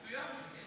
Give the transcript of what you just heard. מצוין.